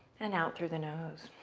and out through the nose.